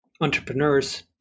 Entrepreneurs